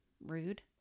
rude